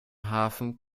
hafen